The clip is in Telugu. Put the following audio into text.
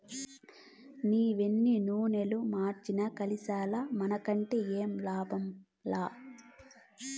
నీవెన్ని నూనలు మార్చినా కల్తీసారా మానుకుంటే ఏమి లాభంలా